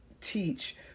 teach